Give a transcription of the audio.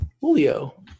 Julio